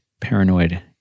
paranoid